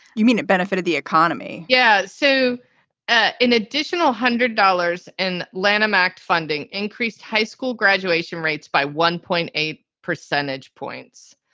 you mean it benefited the economy? yeah. so an additional hundred dollars and lanham act funding increased high school graduation rates by one point eight percentage points,